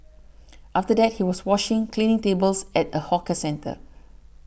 after that he was washing cleaning tables at a hawker centre